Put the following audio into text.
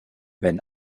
wenn